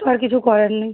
তো আর কিছু করার নেই